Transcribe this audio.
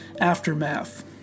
Aftermath